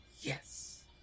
yes